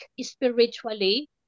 spiritually